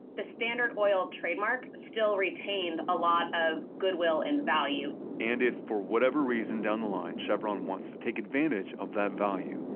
the standard oil trademark still retained a lot of goodwill and value and if for whatever reason down the line, chevron wants to take advantage of that value,